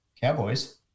Cowboys